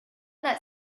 that